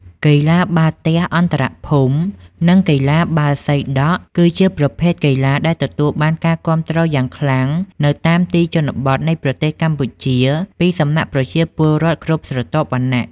កីឡាបាល់ទះអន្តរភូមិ និងកីឡាបាល់សីដក់គឺជាប្រភេទកីឡាដែលទទួលបានការគាំទ្រយ៉ាងខ្លាំងនៅតាមទីជនបទនៃប្រទេសកម្ពុជាពីសំណាក់ប្រជាពលរដ្ឋគ្រប់ស្រទាប់វណ្ណៈ។